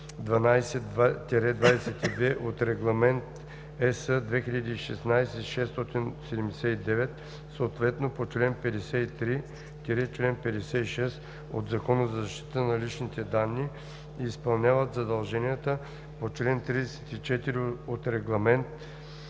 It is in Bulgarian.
12 – 22 от Регламент (ЕС) 2016/679, съответно по чл. 53 – 56 от Закона за защита на личните данни, и изпълняват задълженията по чл. 34 от Регламент (ЕС)